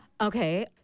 Okay